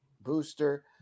Booster